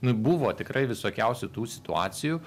nu buvo tikrai visokiausių tų situacijų